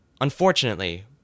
unfortunately